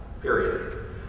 period